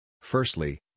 Firstly